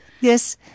yes